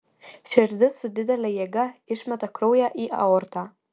širdis su didele jėga išmeta kraują į aortą